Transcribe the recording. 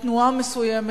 תנועה מסוימת,